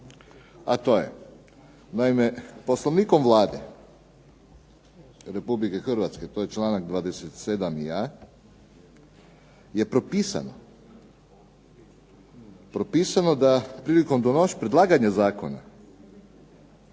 a to je naime Poslovnikom Vlade Republike Hrvatske, to je članak 27a. je propisano da prilikom predlaganja zakona